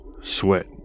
sweat